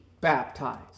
baptized